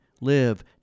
live